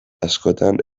askotan